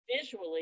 visually